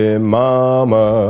mama